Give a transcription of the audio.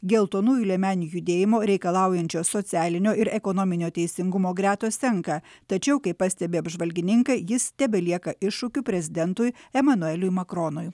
geltonųjų liemenių judėjimo reikalaujančio socialinio ir ekonominio teisingumo gretos senka tačiau kaip pastebi apžvalgininkai jis tebelieka iššūkiu prezidentui emanueliui makronui